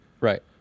Right